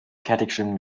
fertigstellung